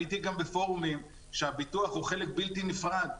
הייתי גם בפורומים שהביטוח הוא חלק בלתי נפרד,